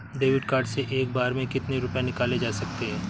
David card से एक बार में कितनी रूपए निकाले जा सकता है?